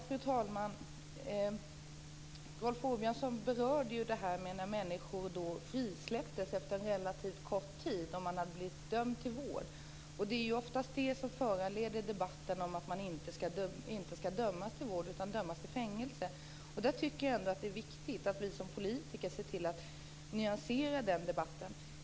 Fru talman! Rolf Åbjörnsson berörde att människor som blivit dömda till vård frisläpptes efter relativt kort tid. Det är oftast det som föranleder debatten om att man inte skall dömas till vård utan till fängelse. Jag tycker att det är viktigt att vi som politiker ser till att nyansera den debatten.